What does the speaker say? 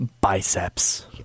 biceps